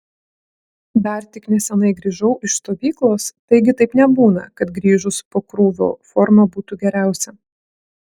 dar tik neseniai grįžau iš stovyklos taigi taip nebūna kad grįžus po krūvio forma būtų geriausia